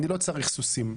אני לא צריך סוסים.